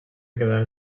quedar